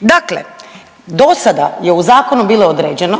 Dakle, dosada je u zakonu bilo određeno